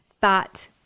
thought